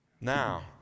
Now